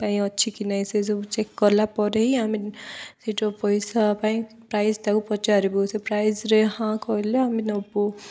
ପାଇଁ ଅଛି କି ନାହିଁ ସେସବୁ ଚେକ୍ କଲା ପରେ ହିଁ ଆମେ ସେଇଠୁ ପଇସା ପାଇଁ ପ୍ରାଇସ୍ ତାକୁ ପଚାରିବୁ ସେ ପ୍ରାଇସ୍ରେ ହଁ କହିଲେ ଆମେ ନେବୁ